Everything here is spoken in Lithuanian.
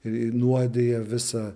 ir nuodija visą